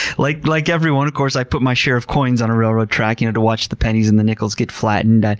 like like everyone, of course i put my share of coins on a railroad track you know to watch the pennies and the nickels get flattened.